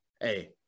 hey